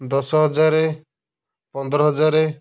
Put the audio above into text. ଦଶହଜାର ପନ୍ଦରହଜାର